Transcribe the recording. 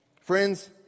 friends